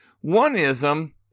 One-ism